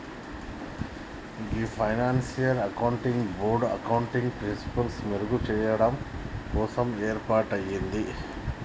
గీ financial accounting board accounting ప్రిన్సిపిల్సి మెరుగు చెయ్యడం కోసం ఏర్పాటయింది